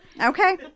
Okay